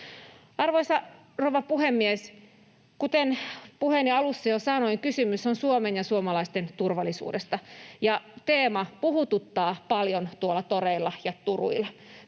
Arvoisa rouva puhemies! Kuten puheeni alussa jo sanoin, kysymys on Suomen ja suomalaisten turvallisuudesta. Teema puhututtaa paljon tuolla toreilla ja turuilla.